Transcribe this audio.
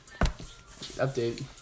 Update